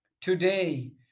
today